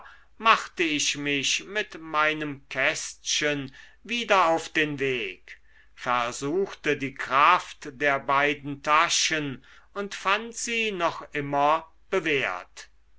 machte ich mich mit meinem kästchen wieder auf den weg versuchte die kraft der beiden taschen und fand sie noch immer bewährt